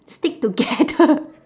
stick together